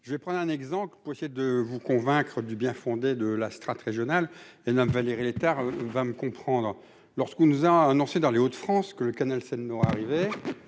je vais prendre un exemple pour essayer de vous convaincre du bien-fondé de la strate régional. Elle ne Valérie Létard va me comprendre lorsqu'on nous a annoncé dans les Hauts-de-France, que le canal Seine Nord arriver